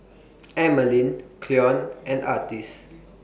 Emmaline Cleon and Artis